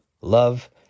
Love